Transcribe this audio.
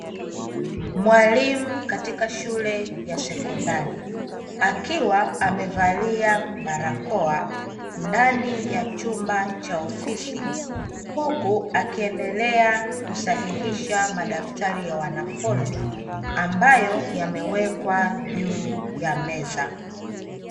Mwalimu katika shule ya sekondari akiwa amevalia barakoa ndani ya chumba cha ofisi, huku akiendelea kusahihisha madaftari ya wanafunzi ambayo yamewekwa juu ya meza.